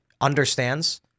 understands